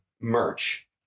merch